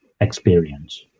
experience